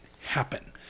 happen